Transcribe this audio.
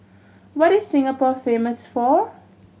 what is Singapore famous for